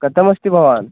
कथमस्ति भवान्